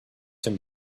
him